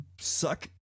suck